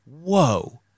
whoa